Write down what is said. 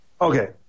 Okay